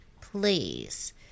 please